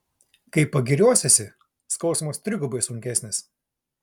kai pagiriosiesi skausmas trigubai sunkesnis